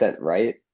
right